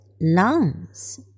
lungs